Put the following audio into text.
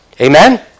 Amen